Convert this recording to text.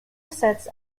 set